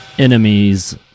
Enemies